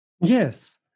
Yes